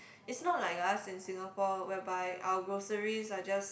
it's not like us in Singapore whereby our groceries are just